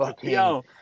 Yo